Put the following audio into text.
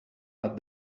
but